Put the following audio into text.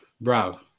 bro